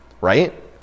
right